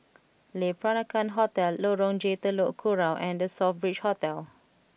Le Peranakan Hotel Lorong J Telok Kurau and The Southbridge Hotel